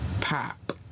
pop